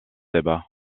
débat